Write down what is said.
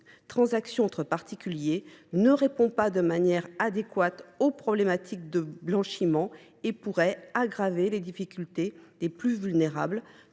transactions entre particuliers ne répond pas de manière adéquate aux problématiques du blanchiment et pourrait aggraver les difficultés des plus vulnérables.